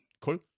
Cool